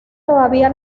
todavía